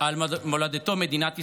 על מולדתו, מדינת ישראל,